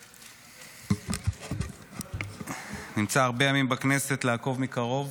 הוא נמצא הרבה ימים בכנסת, לעקוב מקרוב.